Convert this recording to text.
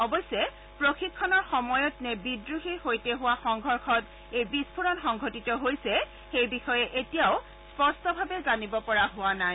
অৱশ্যে প্ৰশিক্ষণৰ সময়ত নে বিদ্ৰোহীৰ সৈতে সংঘৰ্ষত এই বিস্ফোৰণ সংঘটিত হৈছে সেই বিষয়ে এতিয়াও স্পষ্টভাবে জানিব পৰা হোৱা নাই